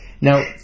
Now